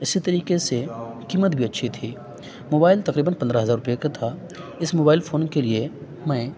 اسی طریقے سے قیمت بھی اچھی تھی موبائل تقریباً پندرہ ہزار روپے کا تھا اس موبائل فون کے لیے میں